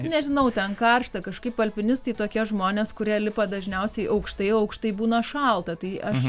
nežinau ten karšta kažkaip alpinistai tokie žmonės kurie lipa dažniausiai aukštai aukštai būna šalta tai aš